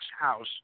house